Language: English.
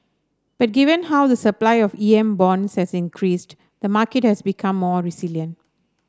but given how the supply of E M bonds has increased the market has become more resilient